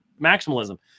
maximalism